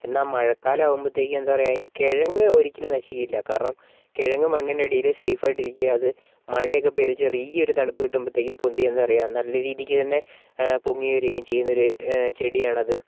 എന്നാല് മഴക്കാലമാകുമ്പോഴത്തേക്കും എന്താണ് പറയുക അതിൻ്റെ കിഴങ്ങ് ഒരിക്കലും നശിക്കില്ല കാരണം കിഴങ്ങ് മണ്ണിനടിയില് സെയ്ഫ് ആയിട്ടിരിക്കും അത് മഴയൊക്കെ പെയ്ത് ചെറിയൊരു തണുപ്പ് കിട്ടുമ്പോഴത്തേക്കും പൊന്തി എന്താണ് പറയുക നല്ല രീതിയില് തന്നെ പൊങ്ങിവരികയും ചെയ്യുന്നൊരു ചെടിയാണത്